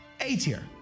A-tier